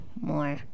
more